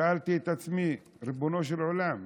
שאלתי את עצמי: ריבונו של עולם,